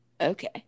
Okay